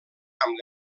amb